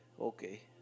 Okay